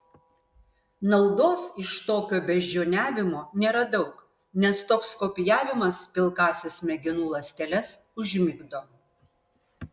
naudos iš tokio beždžioniavimo nėra daug nes toks kopijavimas pilkąsias smegenų ląsteles užmigdo